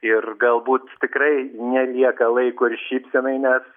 ir galbūt tikrai nelieka laiko ir šypsenai nes